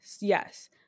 Yes